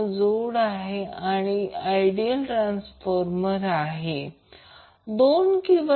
म्हणूनच हे असे आहे हा पॉईंट Im ω C आहे